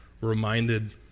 reminded